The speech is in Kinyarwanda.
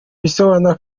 bisobanura